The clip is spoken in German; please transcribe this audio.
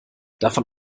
davon